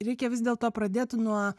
reikia vis dėlto pradėti nuo